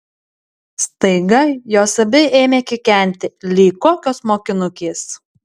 staiga jos abi ėmė kikenti lyg kokios mokinukės